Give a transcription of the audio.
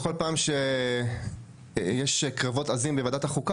בכל פעם שיש קרבות עזים בוועדת החוקה,